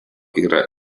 yra